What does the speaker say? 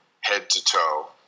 head-to-toe